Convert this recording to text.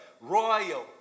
royal